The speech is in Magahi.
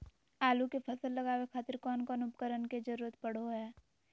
आलू के फसल लगावे खातिर कौन कौन उपकरण के जरूरत पढ़ो हाय?